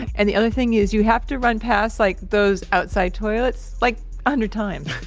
and the other thing is you have to run past like those outside toilets like a hundred times.